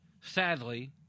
Sadly